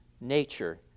nature